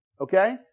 okay